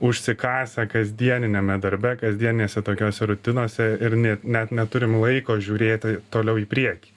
užsikasę kasdieniniame darbe kasdienėse tokiose rutinos ir nė net neturim laiko žiūrėti toliau į priekį